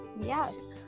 Yes